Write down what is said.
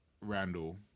Randall